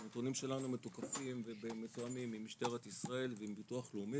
הנתונים שלנו מתוקפים ומתואמים עם משטרת ישראל ועם ביטוח לאומי,